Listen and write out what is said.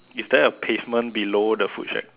is there a pavement below the food shack